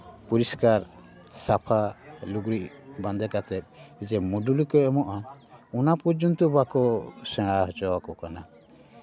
ᱯᱚᱨᱤᱥᱠᱟᱨ ᱥᱟᱯᱷᱟ ᱞᱩᱜᱽᱲᱤᱡ ᱵᱟᱸᱫᱮ ᱠᱟᱛᱮᱫ ᱡᱮ ᱢᱩᱰᱩᱞᱤ ᱠᱚ ᱮᱢᱚᱜᱼᱟ ᱚᱱᱟ ᱯᱚᱨᱡᱚᱱᱛᱚ ᱵᱟᱠᱚ ᱥᱮᱬᱟ ᱦᱚᱪᱚᱣ ᱠᱚ ᱠᱟᱱᱟ